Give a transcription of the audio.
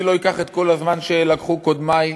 אני לא אקח את כל הזמן שלקחו קודמי,